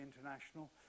international